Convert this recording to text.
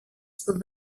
στο